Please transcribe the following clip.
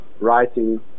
writing